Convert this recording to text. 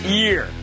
year